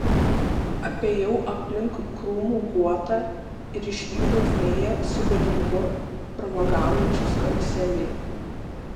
apėjau aplink krūmų guotą ir išvydau fėją su berniuku pramogaujančius karuselėje